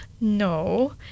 No